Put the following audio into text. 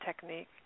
technique